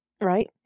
Right